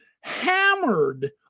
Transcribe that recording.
hammered